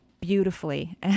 beautifully